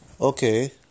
Okay